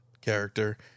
character